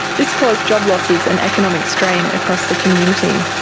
this caused job losses and economic strain across the community.